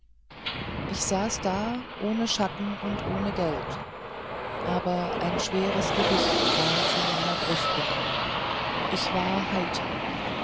ich saß da ohne schatten und ohne geld aber ein schweres gewicht war von meiner brust genommen ich war heiter